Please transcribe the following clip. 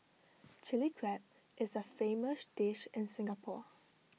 Chilli Crab is A famous dish in Singapore